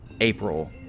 April